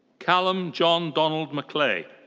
callum john donald macleay.